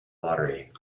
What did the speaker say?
lottery